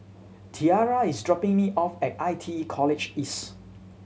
Tiarra is dropping me off at I T E College East